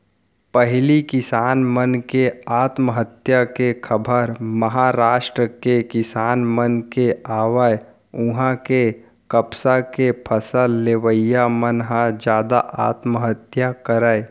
पहिली किसान मन के आत्महत्या के खबर महारास्ट के किसान मन के आवय उहां के कपसा के फसल लेवइया मन ह जादा आत्महत्या करय